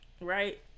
Right